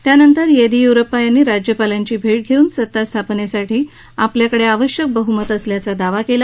त्यानंतर येदियुरप्पा यांनी राज्यपालांची भेट घेऊन सत्ता स्थापनेसाठी आपल्याकडे आवश्यक बह्मत असल्याचा दावा केला